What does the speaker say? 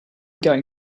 going